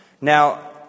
Now